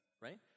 right